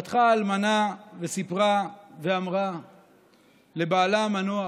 פתחה האלמנה וסיפרה לבעלה המנוח,